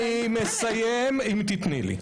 אני מסיים, אם תיתני לי.